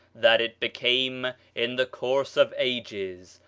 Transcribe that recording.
that it became, in the course of ages,